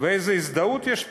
איזו הזדהות יש פתאום?